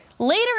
Later